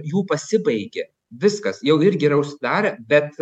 jų pasibaigė viskas jau irgi yra užsidarę bet